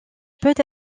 peut